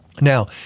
now